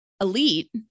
elite